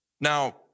Now